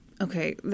Okay